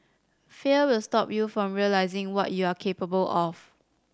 fear will stop you from realising what you are capable of